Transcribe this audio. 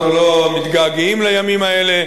אנחנו לא מתגעגעים לימים האלה.